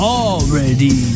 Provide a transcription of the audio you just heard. already